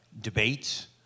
debates